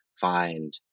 find